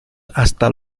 hasta